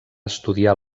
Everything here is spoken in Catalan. estudiar